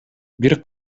бир